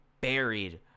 buried